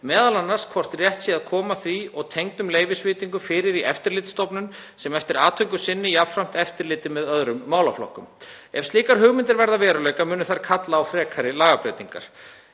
m.a. hvort rétt sé að koma því og tengdum leyfisveitingum fyrir í eftirlitsstofnun sem eftir atvikum sinni jafnframt eftirliti með öðrum málaflokkum. Ef slíkar hugmyndir verða að veruleika munu þær kalla á frekari lagabreytingar.